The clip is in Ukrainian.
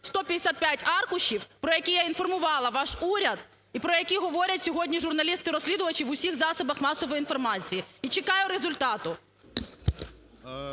155 аркушів, про які я інформувала ваш уряд і про які говорять сьогодні журналісти-розслідувачі в усіх засобах масової інформації. І чекаю результату.